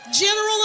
general